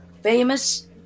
famous